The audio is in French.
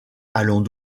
allons